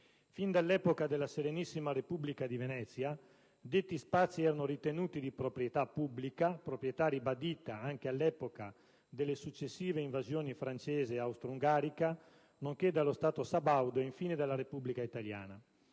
Fino dall'epoca della Serenissima Repubblica di Venezia, detti spazi erano ritenuti di proprietà pubblica, proprietà ribadita anche all'epoca delle successive invasioni francesi e austro-ungarica, nonché dallo Stato sabaudo ed infine dalla Repubblica italiana.